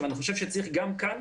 אני חושב שגם כאן,